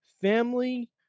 family